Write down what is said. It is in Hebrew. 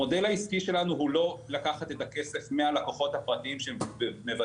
המודל העסקי שלנו הוא לא לקחת את הכסף מהלקוחות הפרטיים שמבצעים